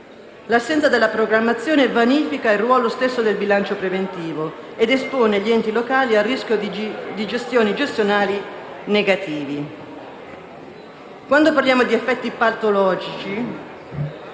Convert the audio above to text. L'assenza della programmazione vanifica il ruolo stesso del bilancio preventivo ed espone gli enti locali al rischio di esiti gestionali negativi.